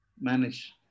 manage